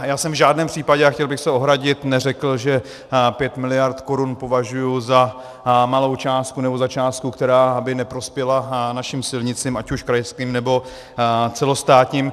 Já jsem v žádném případě, a chtěl bych se ohradit, neřekl, že 5 miliard korun považuji za malou částku nebo za částku, která by neprospěla našim silnicím ať už krajským nebo celostátním.